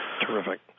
Terrific